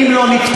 אם לא נתפשר,